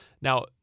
Now